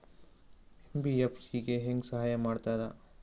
MBFC ಹೆಂಗ್ ಸಹಾಯ ಮಾಡ್ತದ?